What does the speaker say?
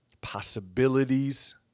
Possibilities